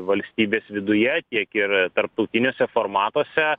valstybės viduje tiek ir tarptautiniuose formatuose